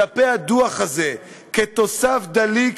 בדפי הדוח הזה, כתוסף דליק